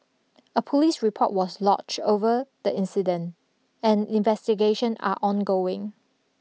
a police report was lodged over the incident and investigation are ongoing